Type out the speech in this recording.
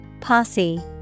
Posse